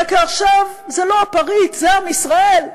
רק עכשיו זה לא הפריץ, זה עם ישראל,